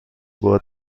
بار